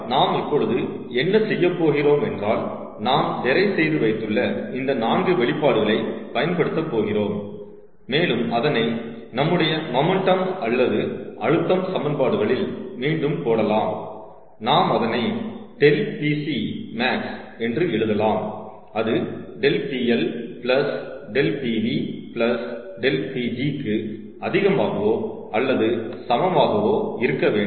ஆகையால் நாம் இப்பொழுது என்ன செய்யப் போகிறோம் என்றால் நாம் டெரைவ் செய்து வைத்துள்ள இந்த 4 வெளிப்பாடுகளை பயன்படுத்தப் போகிறோம் மேலும் அதனை நம்முடைய மொமன்டம் அல்லது அழுத்தம் சமன்பாடுகளில் மீண்டும் போடலாம் நாம் அதனை ∆Pc|max என்று எழுதலாம் அது ∆Pl∆Pv∆Pg க்கு அதிகமாகவோ அல்லது சமமாகவோ இருக்க வேண்டும்